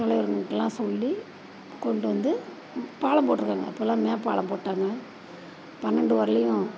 தலைவருங்களுக்கெல்லாம் சொல்லி கொண்டு வந்து பாலம் போட்டுருக்காங்க இப்போல்லாம் மேம்பாலம் போட்டாங்க பன்னெண்டு வரைலேயும்